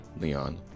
Leon